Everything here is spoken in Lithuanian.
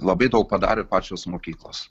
labai daug padarė pačios mokyklos